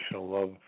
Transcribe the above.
love